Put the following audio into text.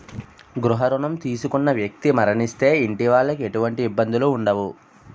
గృహ రుణం తీసుకున్న వ్యక్తి మరణిస్తే ఇంటి వాళ్లకి ఎటువంటి ఇబ్బందులు ఉండవు